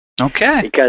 Okay